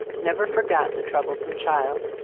never forgot the troublesome child.